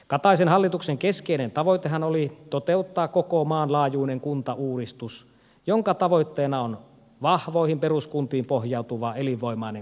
kataisen hallituksen keskeinen tavoitehan oli toteuttaa koko maan laajuinen kuntauudistus jonka tavoitteena on vahvoihin peruskuntiin pohjautuva elinvoimainen kuntarakenne